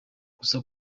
gusa